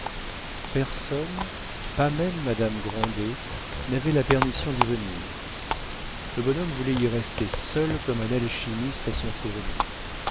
personne pas même madame grandet n'avait la permission d'y venir le bonhomme voulait y rester seul comme un alchimiste à son fourneau